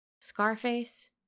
Scarface